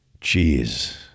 cheese